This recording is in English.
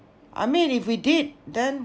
I mean if we did then